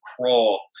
crawl